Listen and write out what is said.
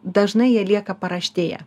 dažnai jie lieka paraštėje